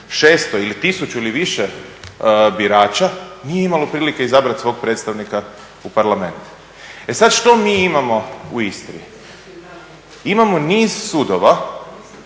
600 ili 1000 ili više birača nije imalo prilike izabrati svog predstavnika u Parlament. E sad, što mi imamo u Istri? Imamo niz sudova